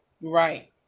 Right